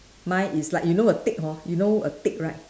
mine is like you know a tick hor you know a tick right